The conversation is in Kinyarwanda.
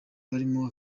barimo